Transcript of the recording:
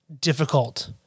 difficult